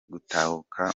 gutahuka